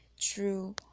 true